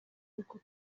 kuko